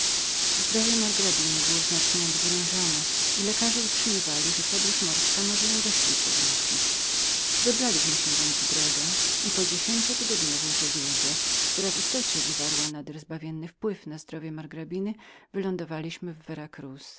zdrowie margrabiny było znacznie nadwerężonem i lekarze utrzymywali że podróż morska może ją do sił powrócić wybraliśmy się więc w drogę i po dziesięciotygodniowej żegludze która w istocie wywarła nader zbawienny wpływ na zdrowie margrabiny wylądowaliśmy